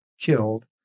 killed